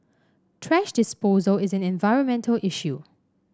thrash disposal is an environmental issue